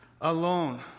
alone